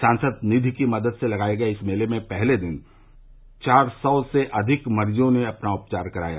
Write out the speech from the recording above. सांसद निधि की मदद से लगाये गये इस मेले में पहले दिन चार सौ से अधिक मरीजों ने अपना उपचार कराया